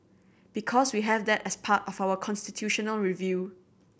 because we have that as part of our constitutional review